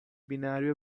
binario